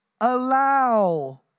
allow